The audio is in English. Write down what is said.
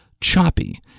choppy